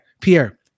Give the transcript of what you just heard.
Pierre